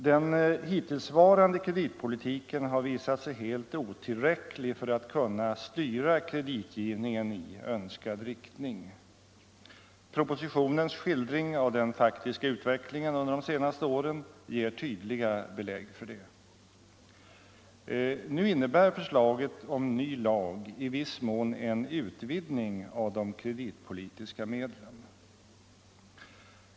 Den hittillsvarande kreditpolitiken har visat sig helt otillräcklig för att kunna styra kreditgivningen i önskad riktning. Propositionens skildring av den faktiska utvecklingen under de senaste åren ger tydliga belägg för det. Nu innebär förslaget om ny lag i viss mån en utvidgning av de kreditpolitiska medlen.